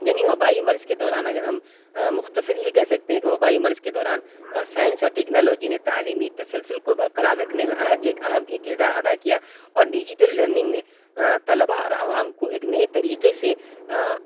یعنی وبائی مرض کے دوران اگر ہم مختصر یہ کہہ سکتے ہیں کہ وبائی مرض کے دوران سائنس اور ٹیکنالوجی نے تعلیمی تسلسل کو برقرار رکھنے میں ایک اہم کردار ادا کیا اور ڈیجیٹل لرننگ نے طلبہ اور عوام کو ایک نئے طریقے سے